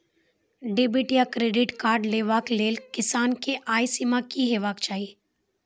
Debit या credit card लेवाक लेल किसानक आय सीमा की हेवाक चाही?